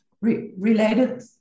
related